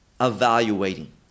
evaluating